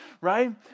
right